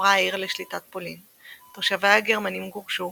הועברה העיר לשליטת פולין, תושביה הגרמנים גורשו